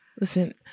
Listen